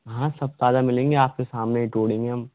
हाँ सब ताज़ा मिलेंगी आप के सामने ही तोड़ेंगे हम